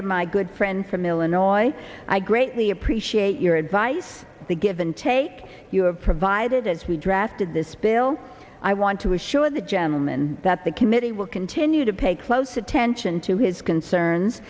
to my good friend from illinois i greatly appreciate your advice the give and take you have provided as we drafted this bill i want to assure the gentleman that the committee will continue to pay close attention to his concerns